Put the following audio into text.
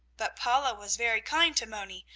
but paula was very kind to moni.